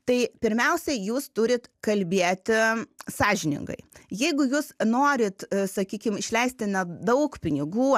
tai pirmiausia jūs turit kalbėti sąžiningai jeigu jūs norit sakykim išleisti ne daug pinigų